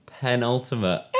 Penultimate